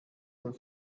were